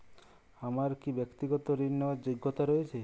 আমার কী ব্যাক্তিগত ঋণ নেওয়ার যোগ্যতা রয়েছে?